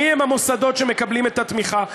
מי הם המוסדות שמקבלים את התמיכה,